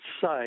say